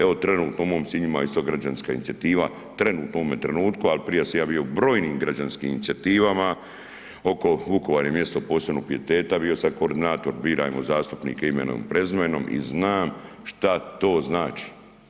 Evo trenutno u mom Sinju ima isto građanska inicijativa, trenutno u ovome trenutku ali prije sam ja bio u brojnim građanskim inicijativama oko Vukovar je mjesto posebnog pijeteta, bio sam koordinator „Birajmo zastupnike imenom i prezimenom“ i znam šta to znači.